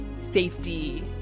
safety